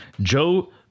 Joe